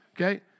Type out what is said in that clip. Okay